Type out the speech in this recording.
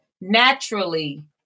naturally